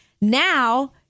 Now